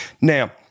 Now